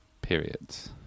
periods